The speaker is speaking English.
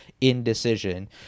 indecision